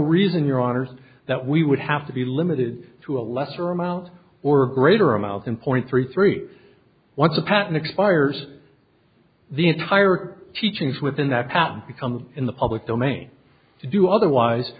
reason your honor that we would have to be limited to a lesser amount or greater amounts in point three three once the patent expires the entire teachings within that patent become in the public domain to do otherwise